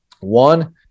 One